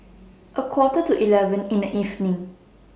A Quarter to eleven in The evening